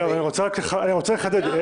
אני רוצה לחדד.